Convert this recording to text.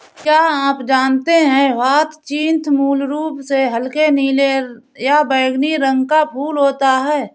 क्या आप जानते है ह्यचीन्थ मूल रूप से हल्के नीले या बैंगनी रंग का फूल होता है